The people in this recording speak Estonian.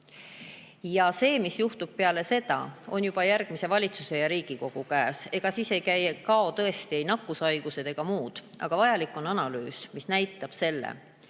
Aga see, mis juhtub peale seda, on juba järgmise valitsuse ja Riigikogu käes. Ega siis ei kao tõesti ei nakkushaigused ega muud, aga vajalik on analüüs, mis näitab,